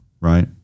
right